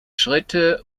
schritte